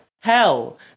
hell